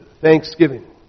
thanksgiving